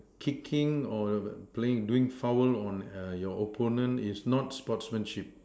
kicking or playing doing foul on err your opponent is not sportsmanship